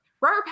robert